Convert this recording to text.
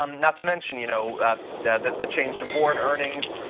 um not to mention you know that that the change to foreign earnings,